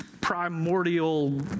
primordial